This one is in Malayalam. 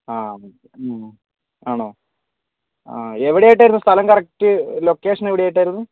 ആഹ് ആണോ എവിടെ ആയിട്ടായിരിന്നു സ്ഥലം കറക്ട് ലൊക്കേഷൻ എവിടെ ആയിട്ടായിരുന്നു